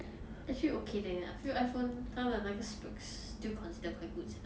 actually okay leh I feel iphone 他的那个 specs still considered quite good sia